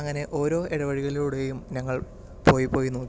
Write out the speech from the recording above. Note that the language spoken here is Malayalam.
അങ്ങനെ ഓരോ ഇടവഴികളിലൂടെയും ഞങ്ങൾ പോയി പോയി നോക്കി